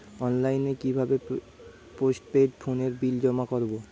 অনলাইনে কি ভাবে পোস্টপেড ফোনের বিল জমা করব?